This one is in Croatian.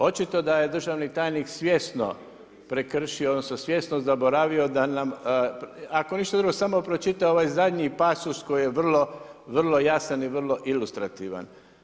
Očito da je državni tajnik svjesno prekršio, odnosno, svjesno zaboravio da nam, ako ništa drugo, samo pročita ovaj zadnji pasus koji je vrlo jasan i vrlo ilustrativan.